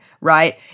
right